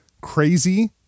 crazy